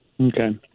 Okay